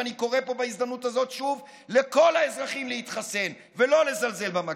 ואני קורא בהזדמנות הזאת שוב לכל האזרחים להתחסן ולא לזלזל במגפה,